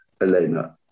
Elena